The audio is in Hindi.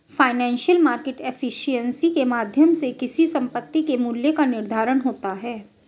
फाइनेंशियल मार्केट एफिशिएंसी के माध्यम से किसी संपत्ति के मूल्य का निर्धारण होता है